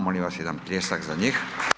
Molim vas jedan pljesak za njih.